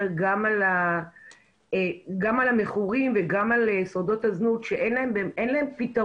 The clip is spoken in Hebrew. גם על המכורים וגם על שדות הזנות שאין להם פתרון.